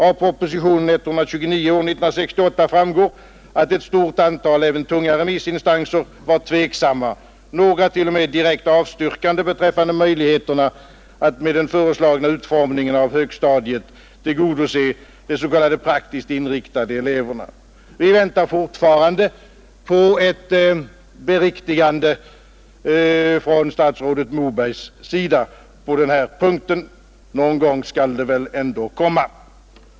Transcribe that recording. Av propositionen 129 år 1968 framgår, att ett stort antal även tunga remissinstanser var tveksamma, några t.o.m. direkt avstyrkande, beträffande möjligheterna att med den föreslagna utformningen av högstadiet tillgodose de s.k. praktiskt inriktade eleverna. Vi väntar fortfarande på ett beriktigande från statsrådet Mobergs sida på den här punkten. Någon gång skall det väl ändå komma.